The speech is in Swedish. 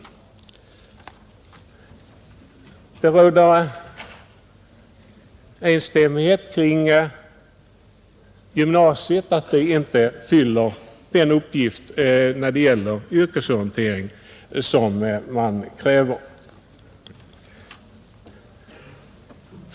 Det råder enstämmighet kring uppfattningen att yrkesorienteringen i gymnasiet inte fyller den uppgift som man kräver.